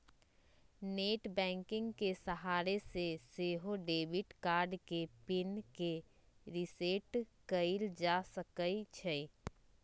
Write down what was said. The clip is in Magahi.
नेट बैंकिंग के सहारे से सेहो डेबिट कार्ड के पिन के रिसेट कएल जा सकै छइ